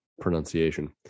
pronunciation